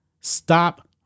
Stop